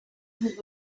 his